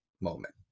moment